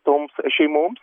toms šeimoms